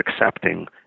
accepting